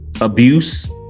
Abuse